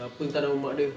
siapa entah nama mak dia